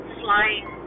flying